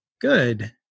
Good